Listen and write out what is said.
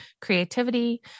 creativity